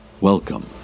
Welcome